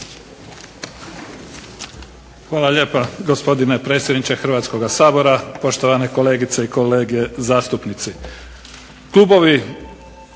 Hvala lijepa gospodine predsjedniče Hrvatskoga sabora, poštovane kolegice i kolege zastupnici. Klubovi